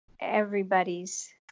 everybody's